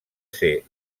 ser